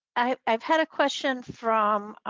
i've had a question from